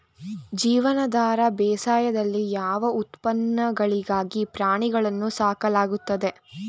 ಜೀವನಾಧಾರ ಬೇಸಾಯದಲ್ಲಿ ಯಾವ ಉತ್ಪನ್ನಗಳಿಗಾಗಿ ಪ್ರಾಣಿಗಳನ್ನು ಸಾಕಲಾಗುತ್ತದೆ?